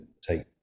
take